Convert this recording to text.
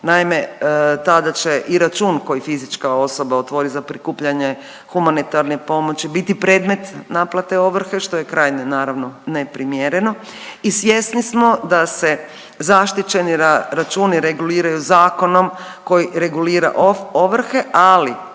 naime i tada će i račun koji fizička osoba otvori za prikupljanje humanitarne pomoći biti predmet naplate ovrhe što je krajnje naravno neprimjereno i svjesni smo da se zaštićeni računi reguliraju zakonom koji regulira ovrhe, ali